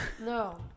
No